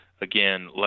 again